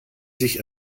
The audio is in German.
sich